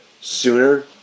sooner